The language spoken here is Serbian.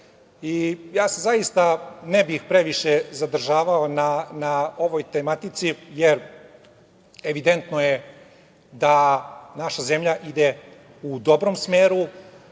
država. Zaista se ne bih previše zadržavao na ovoj tematici, jer evidentno je da naša zemlja ide u dobrom smeru